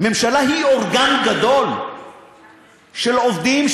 ממשלה היא אורגן גדול של עובדים,